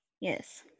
yes